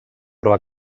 però